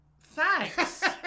Thanks